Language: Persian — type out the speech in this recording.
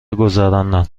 گذراندم